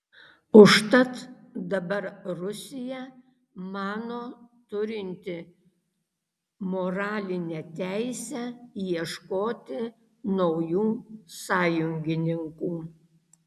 užtat dabar rusija mano turinti moralinę teisę ieškoti naujų sąjungininkų